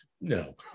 no